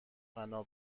فنا